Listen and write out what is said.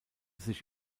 sich